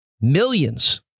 Millions